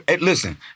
listen